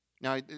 Now